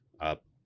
up